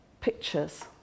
pictures